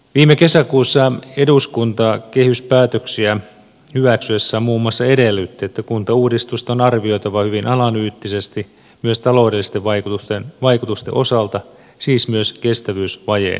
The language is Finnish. viime kesäkuussa eduskunta kehyspäätöksiä hyväksyessään muun muassa edellytti että kuntauudistusta on arvioitava hyvin analyyttisesti myös taloudellisten vaikutusten osalta siis myös kestävyysvajeen näkökulmasta